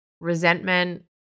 Resentment